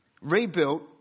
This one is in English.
rebuilt